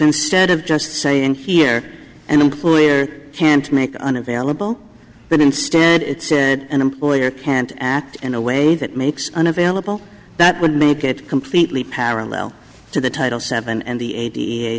instead of just saying here an employer can't make unavailable but instead it said an employer can't act in a way that makes unavailable that would make it completely parallel to the title seven and the